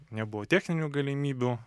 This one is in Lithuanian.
nebuvo techninių galimybių